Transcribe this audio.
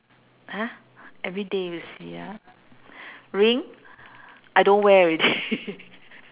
!huh! everyday you see ah ring I don't wear already